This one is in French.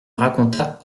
raconta